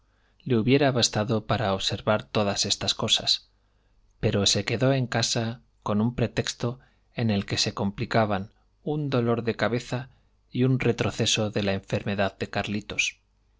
le hubiera bastado para observar todas estas cosas pero se quedó en casa con un pretexto en el que se complicaban un dolor de cabeza y un retroceso en la enfermedad de carlitos